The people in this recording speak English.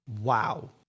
Wow